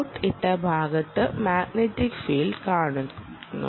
dot ഇട്ട ഭാഗത്ത് magnetic field കാണിക്കുന്നു